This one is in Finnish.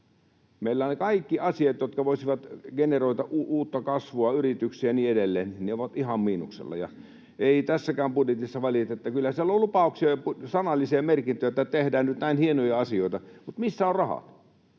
Meillä ne kaikki asiat, jotka voisivat generoida uutta kasvua, yrityksiä ja niin edelleen, ovat ihan miinuksella. Ja ei tässäkään budjetissa välitetä. Kyllä siellä on lupauksia, sanallisia merkintöjä, että tehdään nyt näin hienoja asioita, mutta missä on raha?